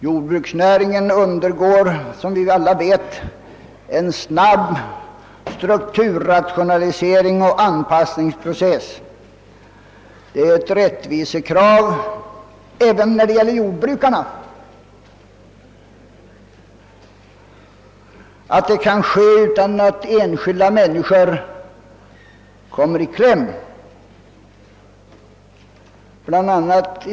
Jordbruksnäringen genomgår som vi alla vet en snabb strukturrationalisering och anpassningsprocess. Det är ett rättvisekrav även när det gäller jordbrukarna att detta kan ske utan att enskilda människor kommer i kläm. Från bla.